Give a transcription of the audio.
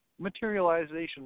materialization